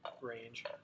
range